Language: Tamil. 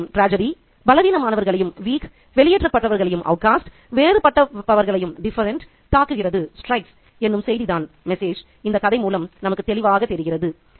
துயரம் பலவீனமானவர்களையும் வெளியேற்ற பட்டவர்களையும் வேறுபட்டவர்களையும் தாக்குகிறது என்னும் செய்தி தான் இந்தக் கதை மூலம் நமக்கு தெளிவாகத் தெரிகிறது